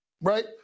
right